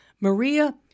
Maria